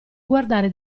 guardare